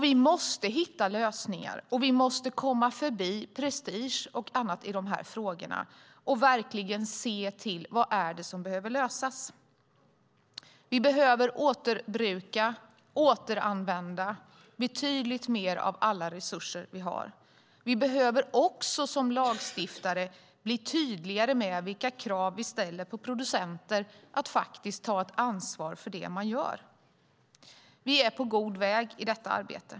Vi måste hitta lösningar, och vi måste komma förbi prestige och annat i dessa frågor och verkligen se vad det är som behöver lösas. Vi behöver återbruka, återanvända, betydligt mer av alla de resurser vi har. Vi behöver som lagstiftare bli tydligare med vilka krav vi ställer på producenter så att de faktiskt tar ansvar för det som de gör. Vi är på god väg i det arbetet.